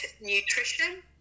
nutrition